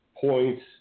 points